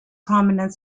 prominent